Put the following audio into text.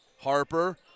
Harper